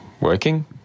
working